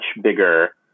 bigger